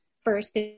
first